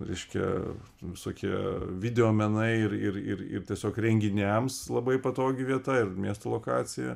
reiškia visokie video menai ir ir ir ir tiesiog renginiams labai patogi vieta ir miesto lokacija